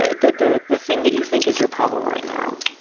ah that the the thing that you think is your problem right now.